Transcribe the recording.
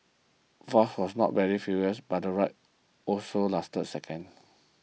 fast but not very furious the ride also lasted seconds